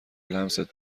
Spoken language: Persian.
لمست